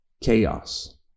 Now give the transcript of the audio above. chaos